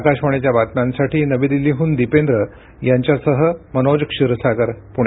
आकाशवाणीच्या बातम्यांसाठी नवी दिल्लीहून दिपेंद्र यांच्यासह मनोज क्षीरसागर पुणे